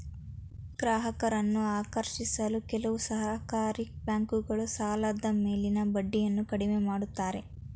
ಗ್ರಾಹಕರನ್ನು ಆಕರ್ಷಿಸಲು ಕೆಲವು ಸಹಕಾರಿ ಬ್ಯಾಂಕುಗಳು ಸಾಲದ ಮೇಲಿನ ಬಡ್ಡಿಯನ್ನು ಕಡಿಮೆ ಮಾಡುತ್ತಾರೆ